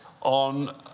on